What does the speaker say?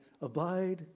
abide